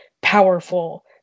Powerful